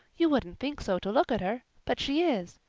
you wouldn't think so to look at her, but she is.